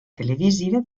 televisive